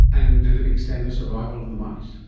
and did it extend the survival of the mice?